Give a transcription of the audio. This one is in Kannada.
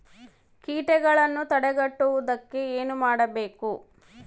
ಕೇಟಗಳನ್ನು ತಡೆಗಟ್ಟುವುದಕ್ಕೆ ಏನು ಮಾಡಬೇಕು?